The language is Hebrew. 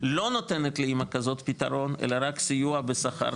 לא נותנת לאימא כזאת פתרון אלא רק סיוע בשכר דירה,